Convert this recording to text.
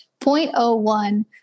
0.01